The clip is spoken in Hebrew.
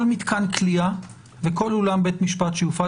כל מתקן כליאה וכל אולם בית משפט שתופעל